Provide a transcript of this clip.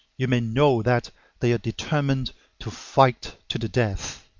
you may know that they are determined to fight to the death.